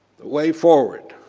the way forward.